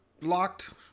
locked